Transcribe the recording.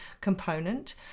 component